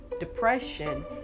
depression